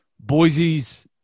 Boise's